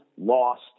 lost